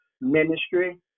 ministry